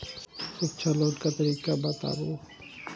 शिक्षा लोन के तरीका बताबू?